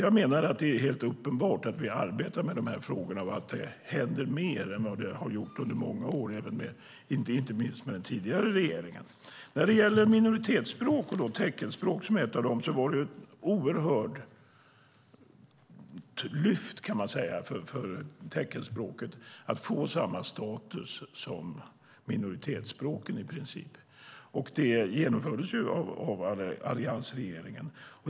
Jag menar att det är helt uppenbart att vi arbetar med dessa frågor och att det händer mer än vad det har gjort under många år inte minst med den tidigare regeringen. När det gäller minoritetsspråk och teckenspråk var det ett oerhört lyft, kan man säga, för teckenspråket att i princip få samma status som minoritetsspråken. Det genomfördes av alliansregeringen.